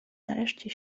nareszcie